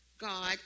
God